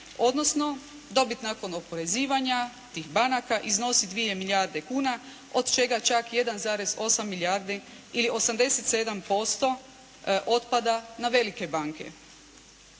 odnosno dobit nakon oporezivanja tih banaka iznosi 2 milijarde kuna od čega čak 1,8 milijardi ili 87% otpada na velike banke.